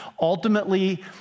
ultimately